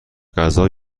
غذا